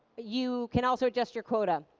you can also adjust your quota.